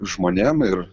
žmonėm ir